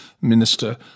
minister